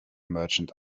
merchant